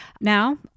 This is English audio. Now